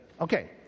Okay